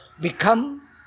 Become